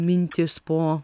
mintys po